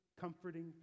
comforting